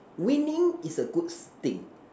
winning is a good thing